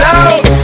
out